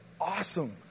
awesome